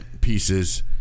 pieces